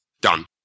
Done